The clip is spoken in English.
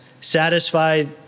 satisfied